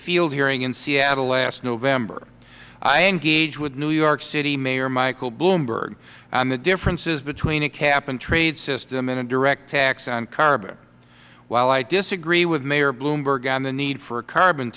field hearing in seattle last november i engaged with new york city mayor michael bloomberg on the differences between a cap and trade system and a direct tax on carbon while i disagree with mayor bloomberg on the need for carbon